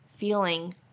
feeling